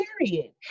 period